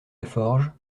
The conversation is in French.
laforge